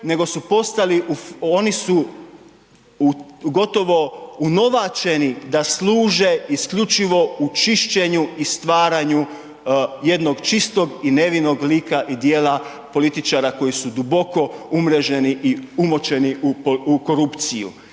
nego su postali, oni su gotovo unovačeni da služe isključivo u čišćenju i stvaranju jednog čistog i nevinog lika i djela političara koji su duboko umreženi i umočeni u korupciju